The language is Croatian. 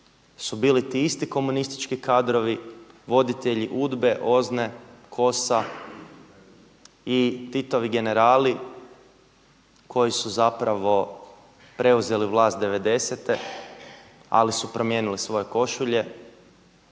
su bili ti isti komunistički kadrovi, voditelji UDBA-e, OZNA-e, KOS-a i Titovi generali koji su zapravo preuzeli vlast devedesete ali su promijenili svoje košulje.